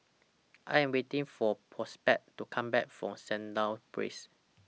I Am waiting For Prosper to Come Back from Sandown Place